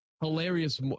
hilarious